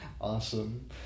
Awesome